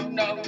no